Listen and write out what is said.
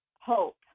hope